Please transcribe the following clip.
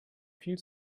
viel